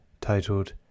titled